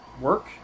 work